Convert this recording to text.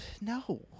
No